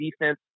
defense